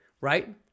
right